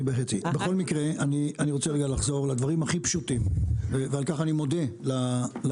אני רוצה לחזור לדברים הכי פשוטם ו על כך אני מודה ליוזמים.